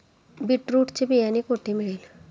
Beetroot चे बियाणे कोठे मिळेल?